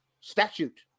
statute